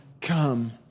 come